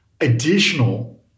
additional